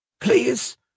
please